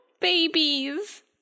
babies